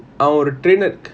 our trainer